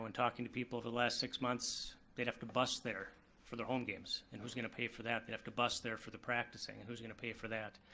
um and talking to people the last six months, they'd have to bus there for their home games. and who's gonna pay for that, they have to bus there for the practicing, who's gonna pay for that?